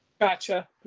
gotcha